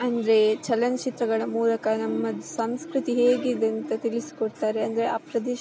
ಅಂದರೆ ಚಲನಚಿತ್ರಗಳ ಮೂಲಕ ನಮ್ಮ ಸಂಸ್ಕೃತಿ ಹೇಗಿದೆ ಅಂತ ತಿಳಿಸಿಕೊಡ್ತಾರೆ ಅಂದರೆ ಆ ಪ್ರದೇಶ